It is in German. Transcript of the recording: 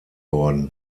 worden